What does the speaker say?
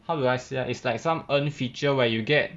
how do I say ah it's like some earn feature where you get